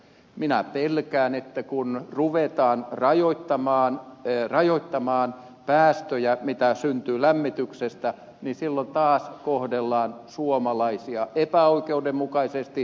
minä pelkään että kun ruvetaan rajoittamaan päästöjä mitä syntyy lämmityksestä silloin taas kohdellaan suomalaisia epäoikeudenmukaisesti